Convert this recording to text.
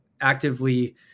actively